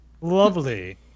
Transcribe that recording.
Lovely